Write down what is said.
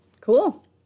cool